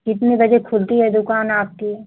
कितने बजे खुलती है दुकान आपकी